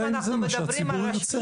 אלא אם זה מה שהציבור ירצה.